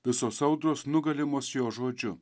visos audros nugalimos jo žodžiu